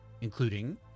including